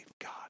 God